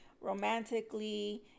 romantically